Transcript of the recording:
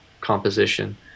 composition